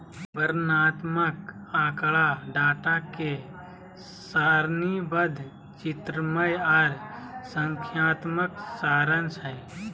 वर्णनात्मक आँकड़ा डाटा के सारणीबद्ध, चित्रमय आर संख्यात्मक सारांश हय